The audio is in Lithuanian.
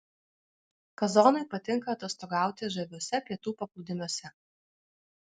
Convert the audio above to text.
kazonui patinka atostogauti žaviuose pietų paplūdimiuose